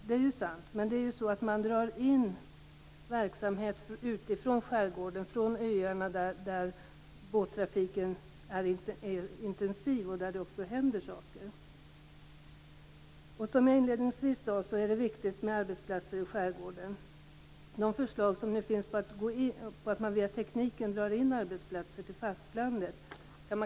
Det är sant, men man drar in verksamhet från skärgårdsöarna, där båttrafiken är intensiv och där det händer saker. Som jag inledningsvis sade är det viktigt med arbetsplatser i skärgården. De förslag som nu finns går ut på att man med insättande av teknik skall kunna dra in arbetsplatser till fastlandet.